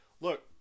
Look